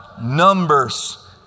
numbers